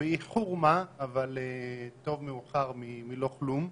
באיחור מה, אבל טוב מאוחר מאשר כלום.